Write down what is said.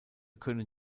können